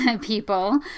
people